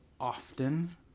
often